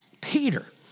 Peter